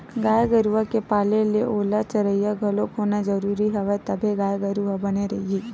गाय गरुवा के पाले ले ओला चरइया घलोक होना जरुरी हवय तभे गाय गरु ह बने रइही